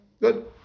Good